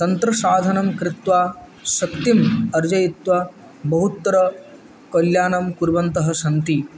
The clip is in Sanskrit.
तन्त्रसाधनं कृत्वा शक्तिम् अर्जयित्वा बहुत्र कल्याणं कुर्वन्तः सन्ति